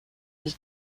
his